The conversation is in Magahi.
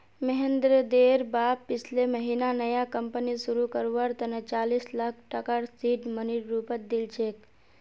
महेंद्रेर बाप पिछले महीना नया कंपनी शुरू करवार तने चालीस लाख टकार सीड मनीर रूपत दिल छेक